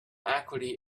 acuity